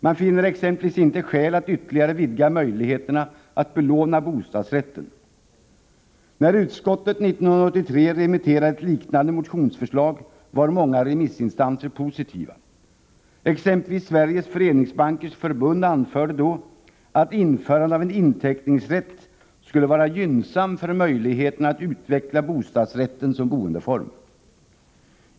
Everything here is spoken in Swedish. Man ser exempelvis inga skäl att ytterligare vidga möjligheterna att belåna bostadsrätter. När utskottet 1983 remitterade ett liknande motionsförslag, var många remissinstanser positiva. Sveriges föreningsbankers förbund t.ex. anförde då att införandet av en inteckningsrätt skulle vara gynnsam för möjligheterna att utveckla bostadsrätten som boendeform.